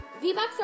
V-Bucks